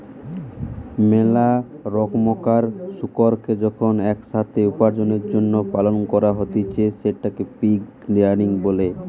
মেলা রোকমকার শুকুরকে যখন এক সাথে উপার্জনের জন্য পালন করা হতিছে সেটকে পিগ রেয়ারিং বলে